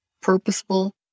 purposeful